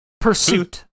Pursuit